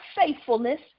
faithfulness